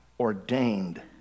ordained